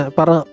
para